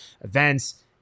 events